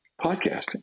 podcasting